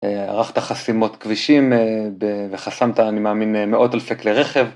ערכת חסימות כבישים וחסמת, אני מאמין, מאות אלפי כלי רכב.